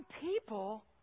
people